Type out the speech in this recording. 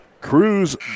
Cruz